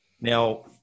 Now